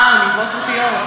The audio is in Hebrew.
אה, במקוואות פרטיים.